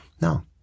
no